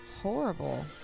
Horrible